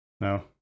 No